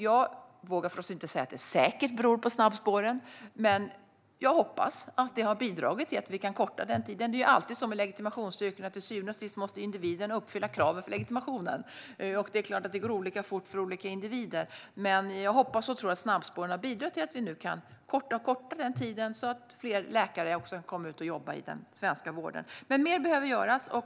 Jag vågar förstås inte säga att det säkert beror på snabbspåren, men jag hoppas att det har bidragit till att vi har kunnat korta den tiden. Det är alltid så med legitimationsyrken att till syvende och sist måste individen uppfylla kraven för legitimationen. Det är klart att det går olika fort för olika individer. Men jag hoppas och tror att snabbspåren bidrar till att vi kan korta den tiden så att fler läkare kan komma ut och jobba i den svenska vården. Men mer behöver göras.